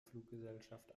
fluggesellschaft